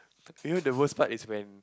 you know the worst part is when